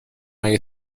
اگه